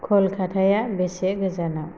कलकाताया बेसे गोजानाव